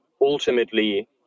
ultimately